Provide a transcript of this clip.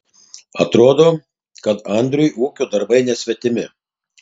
atrodo kad andriui ūkio darbai nesvetimi